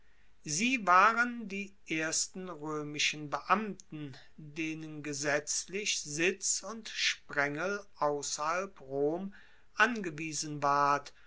sie waren die ersten roemischen beamten denen gesetzlich sitz und sprengel ausserhalb rom angewiesen ward